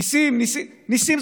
ניסים, ניסים.